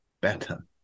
better